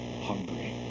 hungry